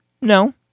No